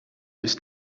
ist